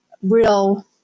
real